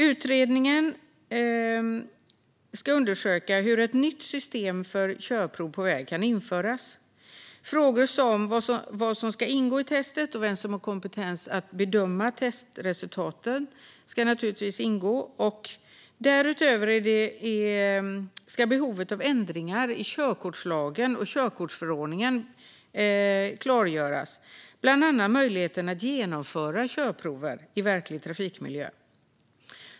Utredningen ska undersöka hur ett nytt system för körprov på väg kan införas. Frågor som vad som ska ingå i testet och vem som har kompetens att bedöma testresultatet ska naturligtvis ingå. Därutöver ska behovet av ändringar i körkortslagen och körkortsförordningen klargöras, bland annat möjligheten att genomföra körprover i verklig trafikmiljö.